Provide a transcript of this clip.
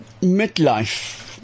midlife